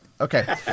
Okay